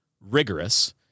rigorous